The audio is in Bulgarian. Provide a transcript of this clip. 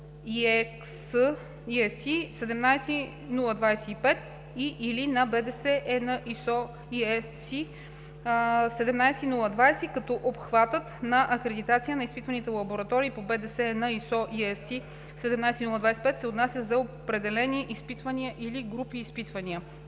на БДС ЕN ISO/IEC 17020, като обхватът на акредитация на изпитвателните лаборатории по БДС ЕN ISO/IEC 17025 се отнася за определени изпитвания или групи изпитвания.